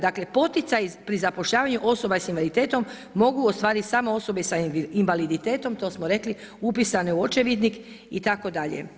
Dakle, poticaji pri zapošljavanju osoba s invaliditetom mogu ostvariti samo osobe sa invaliditetom, to smo rekli, upisane u očevidnik itd.